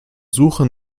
suche